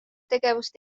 tegevust